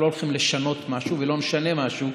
אנחנו לא הולכים לשנות משהו ולא נשנה משהו,